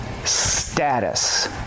status